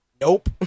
Nope